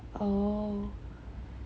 oh